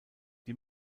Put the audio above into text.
die